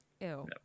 Ew